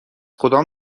کدام